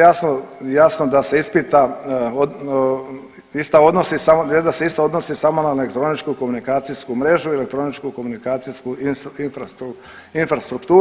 jasno, jasno da se ispita .../nerazumljivo/... ista odnosi, .../nerazumljivo/... da se ista odnosi samo na elektroničku komunikacijsku mrežu i elektroničku komunikacijsku infrastrukturu.